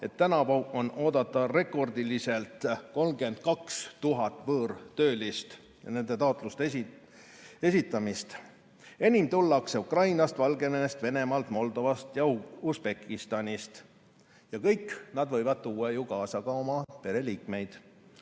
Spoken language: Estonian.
et tänavu on oodata rekordiliselt 32 000 võõrtöölist või vastavate taotluste esitamist. Enim tullakse Ukrainast, Valgevenest, Venemaalt, Moldovast ja Usbekistanist ja kõik nad võivad ju tuua kaasa ka oma pereliikmeid.